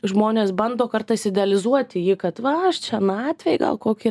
žmonės bando kartais idealizuoti jį kad va aš senatvėj gal kokį